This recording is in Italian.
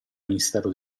ministero